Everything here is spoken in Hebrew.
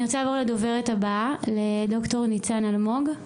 אני רוצה לעבור לדוברת הבאה לד"ר ניצן אלמוג.